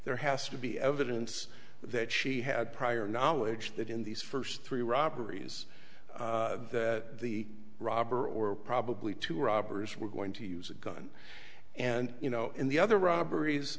there has to be evidence that she had prior knowledge that in these first three robberies that the robber or probably two robbers were going to use a gun and you know in the other robberies